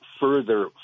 further